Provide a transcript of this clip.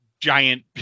giant